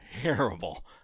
terrible